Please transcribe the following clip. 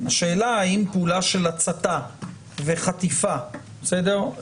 השאלה היא האם פעולה של הצתה וחטיפה, בסדר?